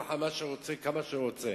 כל אחד מה שהוא רוצה כמה שהוא רוצה.